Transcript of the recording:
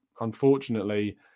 unfortunately